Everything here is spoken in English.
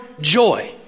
joy